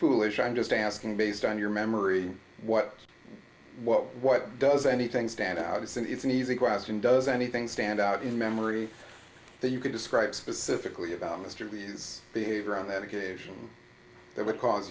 foolish i'm just asking based on your memory what what what does anything stand out is that it's an easy question does anything stand out in memory that you could describe specifically about mr reed's behavior on that occasion